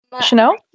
Chanel